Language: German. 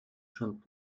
schon